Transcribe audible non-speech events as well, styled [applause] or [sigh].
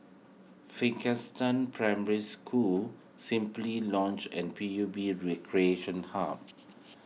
[unintelligible] Primary School Simply Lodge and P U B Recreation Hub